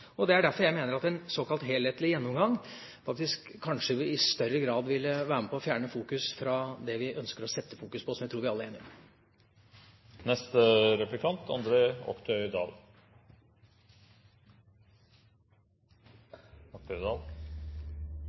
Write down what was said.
Derfor mener jeg at en såkalt helhetlig gjennomgang kanskje i større grad ville være med på å fjerne fokus fra det vi ønsker å fokusere på, som jeg tror vi alle er